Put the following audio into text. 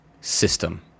system